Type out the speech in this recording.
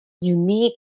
unique